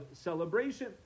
celebration